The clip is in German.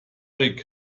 rick